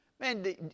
Man